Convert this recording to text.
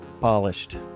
polished